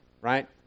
Right